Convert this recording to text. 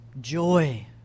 joy